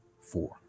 Four